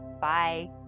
bye